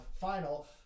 final